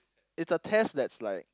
it's a test that's like